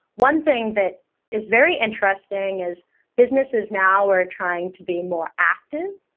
one thing that is very interesting is businesses now are trying to be more active.